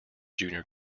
junior